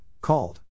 called